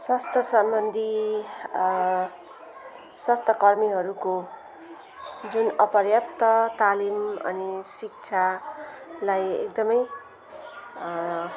स्वास्थ्यसम्बन्धी स्वास्थ्यकर्मीहरूको जुन अपर्याप्त तालिम अनि शिक्षालाई एकदमै